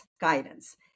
guidance